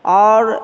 आओर